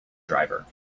driver